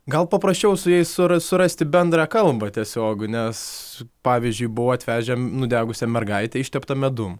gal paprasčiau su jais suras surasti bendrą kalbą tiesiogiai nes pavyzdžiui buvo atvežę nudegusią mergaitę išteptą medum